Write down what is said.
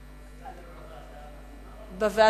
מה ביקשת?